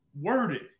worded